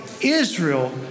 Israel